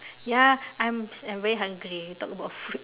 ya I'm I'm very hungry talk about food